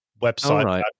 website